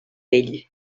vell